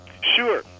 Sure